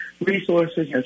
resources